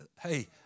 Hey